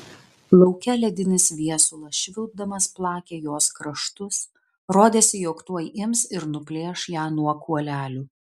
lauke ledinis viesulas švilpdamas plakė jos kraštus rodėsi jog tuoj ims ir nuplėš ją nuo kuolelių